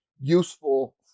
useful